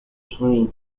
swimming